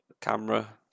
Camera